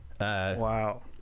Wow